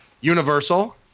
Universal